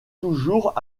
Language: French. toujours